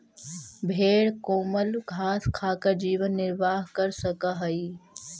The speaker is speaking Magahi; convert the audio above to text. भेंड कोमल घास खाकर जीवन निर्वाह कर सकअ हई